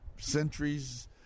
centuries